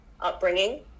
upbringing